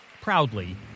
proudly